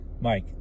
Mike